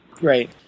Right